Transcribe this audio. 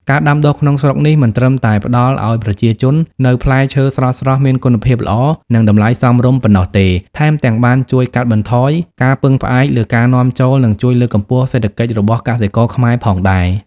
ការដាំដុះក្នុងស្រុកនេះ មិនត្រឹមតែផ្តល់ឲ្យប្រជាជននូវផ្លែឈើស្រស់ៗ មានគុណភាពល្អ និងតម្លៃសមរម្យប៉ុណ្ណោះទេ ថែមទាំងបានជួយកាត់បន្ថយការពឹងផ្អែកលើការនាំចូល និងជួយលើកកម្ពស់សេដ្ឋកិច្ចរបស់កសិករខ្មែរផងដែរ។